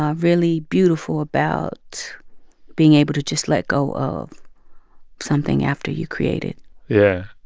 ah really beautiful about being able to just let go of something after you create it yeah.